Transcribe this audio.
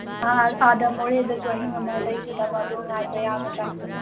ꯑꯥ ꯑꯥꯗ ꯃꯣꯔꯦꯗꯁꯨ ꯑꯍꯤꯡ ꯑꯃ ꯂꯩꯒꯗꯕ ꯑꯗꯣ ꯉꯥꯏꯕ ꯌꯥꯒꯗ꯭ꯔꯥ